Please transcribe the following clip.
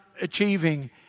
achieving